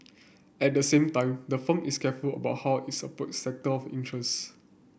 at the same time the firm is careful about how it approaches sector of interest